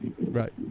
Right